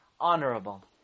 honorable